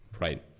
Right